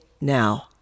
now